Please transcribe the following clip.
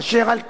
אשר על כן,